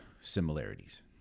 similarities